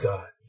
God